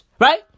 Right